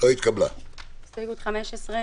הצבעה ההסתייגות לא אושרה.